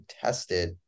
tested